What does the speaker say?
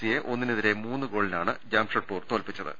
സിയെ ്രുഒന്നിനെതിരെ മൂന്ന് ഗോളിനാണ് ജംഷെഡ്പൂർ തോൽപ്പിച്ചത്